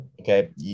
Okay